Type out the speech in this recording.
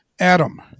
Adam